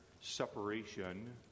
separation